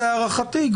להערכתי,